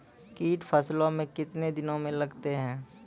कीट फसलों मे कितने दिनों मे लगते हैं?